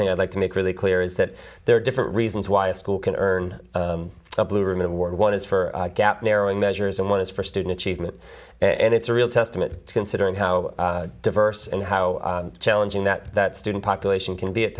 thing i'd like to make really clear is that there are different reasons why a school can earn a blue ribbon award one is for gap narrowing measures and one is for student achievement and it's a real testament to considering how diverse and how challenging that that student population can be at